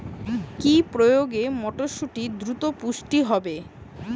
কি প্রয়োগে মটরসুটি দ্রুত পুষ্ট হবে?